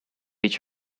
age